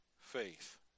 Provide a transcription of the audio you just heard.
faith